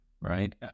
right